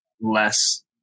less